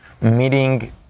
meeting